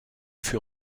fut